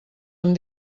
amb